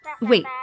Wait